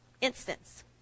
instance